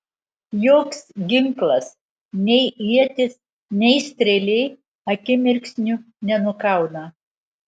joks ginklas nei ietis nei strėlė akimirksniu nenukauna